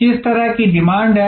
किस तरह की डिमांड है